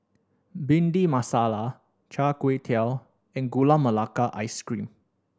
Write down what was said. Bhindi Masala Char Kway Teow and Gula Melaka Ice Cream